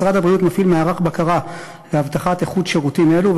משרד הבריאות מפעיל מערך בקרה להבטחת איכות שירותים אלו,